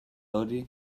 hori